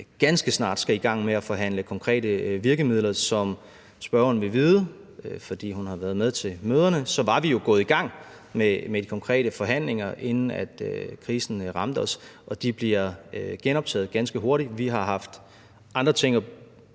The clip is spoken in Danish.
ganske snart skal i gang med at forhandle konkrete virkemidler. Som spørgeren vil vide, fordi hun har været med til møderne, var vi jo gået i gang med konkrete forhandlinger, inden krisen ramte os, og de bliver genoptaget ganske hurtigt. Vi har haft andre ting,